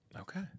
okay